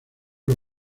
los